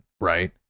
right